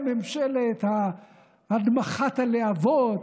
ממשלת "הנמכת הלהבות",